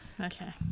Okay